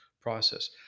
process